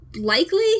likely